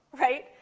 right